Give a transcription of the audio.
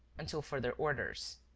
until further orders.